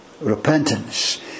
repentance